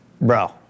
bro